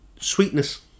sweetness